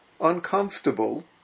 uncomfortable